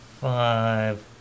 five